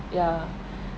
yeah